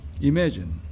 Imagine